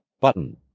Button